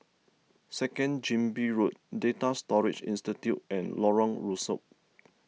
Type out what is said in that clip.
Second Chin Bee Road Data Storage Institute and Lorong Rusuk